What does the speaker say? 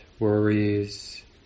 worries